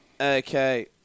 Okay